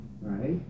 right